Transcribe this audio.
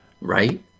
Right